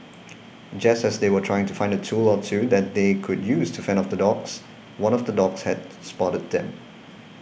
just as they were trying to find a tool or two that they could use to fend off the dogs one of the dogs had spotted them